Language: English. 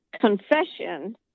confession